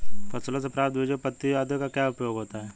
फसलों से प्राप्त बीजों पत्तियों आदि का क्या उपयोग होता है?